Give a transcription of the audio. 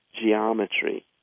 geometry